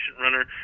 runner